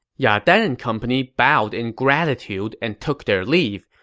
ya dan and company bowed in gratitude and took their leave.